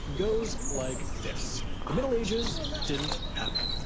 goes like this the middle ages didn't happen,